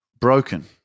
broken